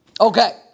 Okay